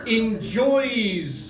enjoys